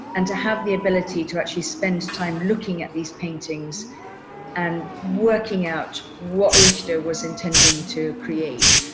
and to have the ability to actually spend time looking at these paintings and working out what richardo was intending to create,